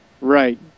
Right